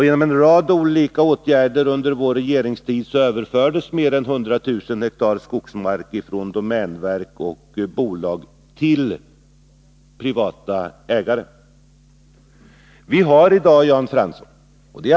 Genom en rad olika åtgärder under vår regeringstid överfördes mer än 100 000 hektar skogsmark från domänverket och bolag till privata ägare.